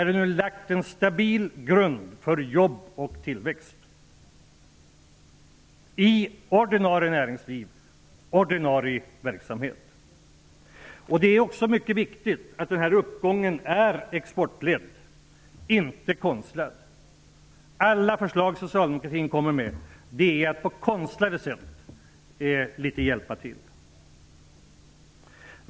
Vi har nu lagt en stabil grund för jobb och tillväxt, i ordinarie verksamhet och i näringslivet. Det är också mycket viktigt att den här uppgången är exportledd, inte konstlad. Alla förslag som socialdemokratin kommer med går ut på att hjälpa till litet med konstlade medel.